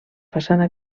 façana